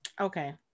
Okay